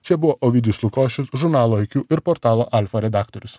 čia buvo ovidijus lukošius žurnalo aikių ir portalo alfa redaktorius